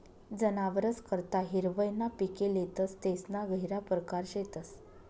जनावरस करता हिरवय ना पिके लेतस तेसना गहिरा परकार शेतस